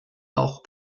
auch